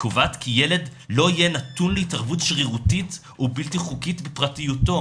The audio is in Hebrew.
וקובעת כי ילד לא יהיה נתון להתערבות שרירותית ובלתי חוקית בפרטיותו,